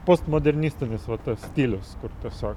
postmodernistinis va tas stilius kur tiesiog